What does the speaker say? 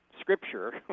Scripture